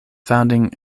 founding